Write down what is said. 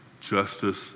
justice